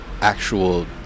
actual